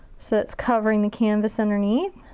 so it's covering the canvas underneath.